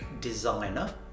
designer